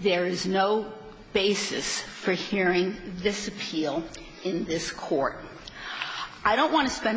there is no basis for hearing this appeal in this court i don't want to spend a